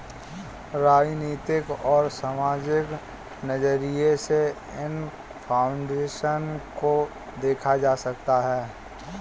राजनीतिक और सामाजिक नज़रिये से इन फाउन्डेशन को देखा जा सकता है